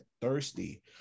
thirsty